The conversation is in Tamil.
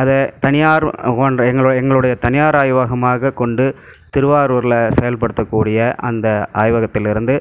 அதை தனியார் போன்ற எங்களு எங்களுடைய தனியார் ஆய்வகமாக கொண்டு திருவாரூரில் செயல்படுத்த கூடிய அந்த ஆய்வகத்திலேர்ந்து